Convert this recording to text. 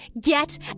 Get